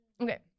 okay